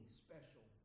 special